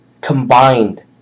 combined